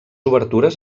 obertures